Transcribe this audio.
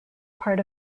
part